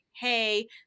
Hey